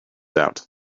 out